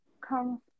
come